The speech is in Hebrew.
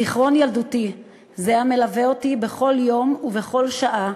זיכרון ילדותי זה, המלווה אותי בכל יום ובכל שעה,